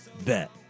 Bet